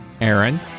Aaron